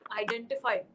identify